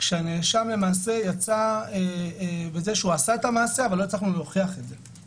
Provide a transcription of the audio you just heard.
כשהנאשם למעשה יצא בזה שהוא עשה את המעשה אבל לא הצלחנו להוכיח את זה,